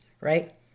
right